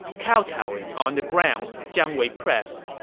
kowtowing on the ground, jiang wei pressed,